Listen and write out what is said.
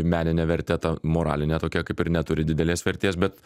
menine verte ta moraline tokia kaip ir neturi didelės vertės bet